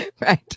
right